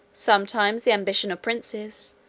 sometimes the ambition of princes,